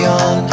on